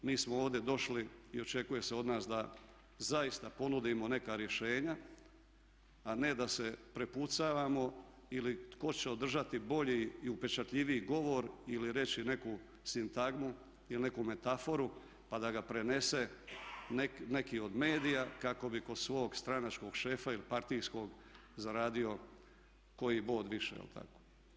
Mi smo ovdje došli i očekuje se od nas da zaista ponudimo neka rješenja, a ne da se prepucavamo ili tko će održati bolji i upečatljiviji govor ili reći neku sintagmu ili neku metaforu pa da ga prenese neki od medija kako bi kod svog stranačkog šefa ili partijskog zaradio koji bod više jel' tako.